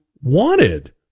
wanted